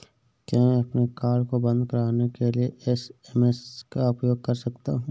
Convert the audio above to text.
क्या मैं अपने कार्ड को बंद कराने के लिए एस.एम.एस का उपयोग कर सकता हूँ?